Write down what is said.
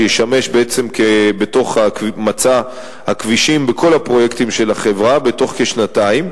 שישמש בעצם בתוך מצע הכבישים בכל הפרויקטים של החברה בתוך כשנתיים.